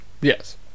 yes